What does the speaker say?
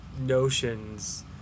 notions